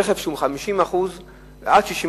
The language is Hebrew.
רכב שניזוק בשיעור 50% 60%,